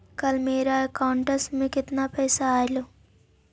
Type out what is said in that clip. कल मेरा अकाउंटस में कितना पैसा आया ऊ?